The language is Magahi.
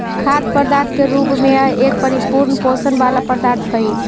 खाद्य पदार्थ के रूप में यह एक परिपूर्ण पोषण वाला पदार्थ हई